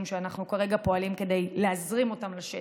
שאנחנו כרגע פועלים להזרים אותם לשטח.